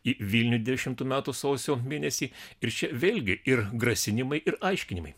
į vilnių devyniasdešimtų metų sausio mėnesį ir čia vėlgi ir grasinimai ir aiškinimai